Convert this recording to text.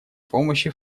помощи